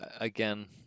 again –